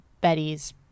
Betty's